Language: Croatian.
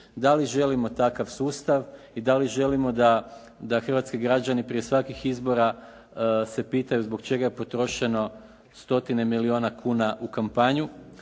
Da li želimo takav sustav i da li želimo da hrvatski građani prije svakih izbora se pitaju zbog čega je potrošeno stotine milijona kuna u kampanju